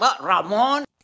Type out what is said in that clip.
Ramon